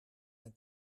mijn